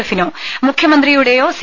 എഫിനോ മുഖ്യമന്ത്രിയുടെയോ സി